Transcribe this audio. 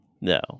No